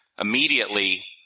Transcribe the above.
immediately